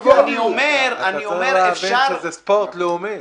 אתה צריך להבין שזה ספורט לאומי.